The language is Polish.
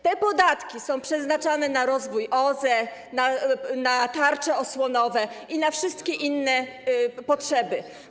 Te podatki są przeznaczane na rozwój OZE, na tarcze osłonowe i na wszystkie inne potrzeby.